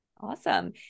Awesome